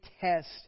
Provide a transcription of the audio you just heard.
test